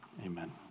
Amen